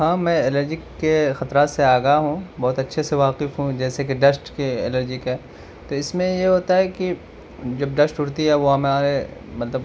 ہاں میں الرجی کے خطرات سے آگاہ ہوں بہت اچھے سے واقف ہوں جیسے کہ ڈسٹ کے الرجی کا تو اس میں یہ ہوتا ہے کہ جب ڈسٹ اڑتی ہے وہ ہمارے مطلب